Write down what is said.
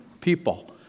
people